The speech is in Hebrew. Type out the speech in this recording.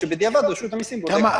כאשר רשות המסים תבדוק את זה בדיעבד.